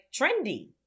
trendy